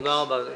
תודה רבה.